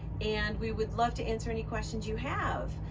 and we would love to answer any questions you have.